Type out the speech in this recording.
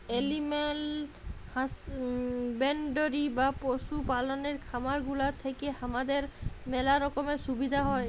animal husbandry বা পশু পাললের খামার গুলা থেক্যে হামাদের ম্যালা রকমের সুবিধা হ্যয়